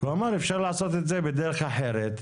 הוא אמר שאפשר לעשות את זה בדרך אחרת,